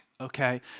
okay